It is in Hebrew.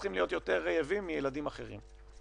צריכים להיות יותר רעבים מילדים אחרים.